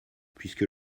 puisque